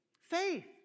Faith